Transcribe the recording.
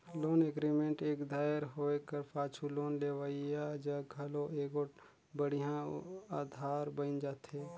loan agreement एक धाएर होए कर पाछू लोन लेहोइया जग घलो एगोट बड़िहा अधार बइन जाथे